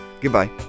Goodbye